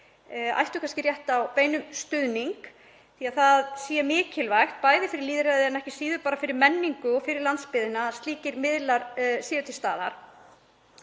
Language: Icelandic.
eigi rétt á beinum stuðningi því að það sé mikilvægt, bæði fyrir lýðræðið en ekki síður bara fyrir menningu og fyrir landsbyggðina, að slíkir miðlar séu til staðar.